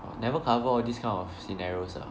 never cover all these kind of scenarios ah